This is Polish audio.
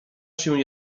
się